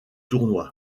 tournoi